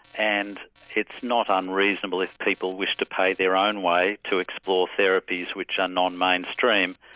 and it's not unreasonable if people wish to pay their own way to explore therapies which are non-mainstream,